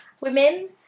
women